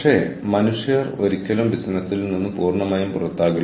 പ്രധാന കാര്യം എങ്ങനെ ചെയ്യണമെന്ന് അവർ എന്നെ പഠിപ്പിക്കുന്നില്ല